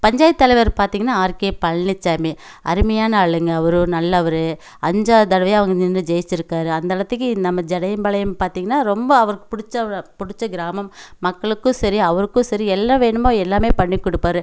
பஞ்சாயத் தலைவர் பார்த்தீங்கன்னா R K Palanisamy அருமையான ஆளுங்க அவரும் நல்லவர் அஞ்சாறு தடவையாக அவங்க நின்று ஜெயித்திருக்காரு அந்த அளத்திக்கி நம்ம ஜடையம்பாளையம் பார்த்தீங்கன்னா ரொம்ப அவருக்கு பிடிச்ச ஒரு பிடிச்ச கிராமம் மக்களுக்கும் சரி அவருக்கும் சரி எல்லா வேணுமோ எல்லாமே பண்ணி கொடுப்பாரு